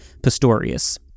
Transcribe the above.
Pistorius